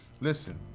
listen